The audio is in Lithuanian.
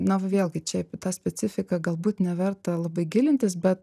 na vėlgi čia į tą specifiką galbūt neverta labai gilintis bet